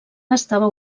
estava